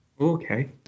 Okay